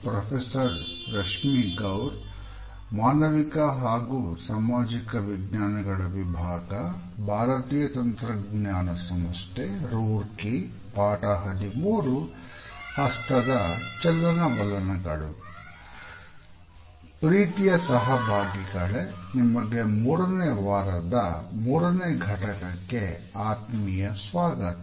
ಪ್ರೀತಿಯ ಸಹಭಾಗಿಗಳೇ ನಿಮಗೆ ಮೂರನೇ ವಾರದ ಮೂರನೇ ಘಟಕಕ್ಕೆ ಆತ್ಮೀಯ ಸ್ವಾಗತ